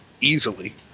easily